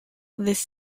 this